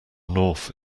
north